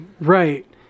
right